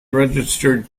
registered